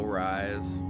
rise